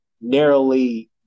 narrowly